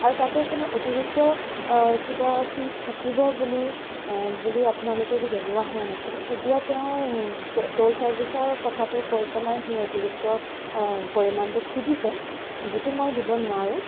আৰু তাতে কোনো অতিৰিক্ত কিবা ফিছ থাকিব বুলি বুলি আপোনালোকে জনোৱা হোৱা নাছিলে এতিয়া তেওঁ ট'ল চাৰ্ভিছৰ কথাটো কৈ পেলাই সেই অতিৰিক্ত পৰিমাণটো খুজিছে যিটো মই দিব নোৱাৰোঁ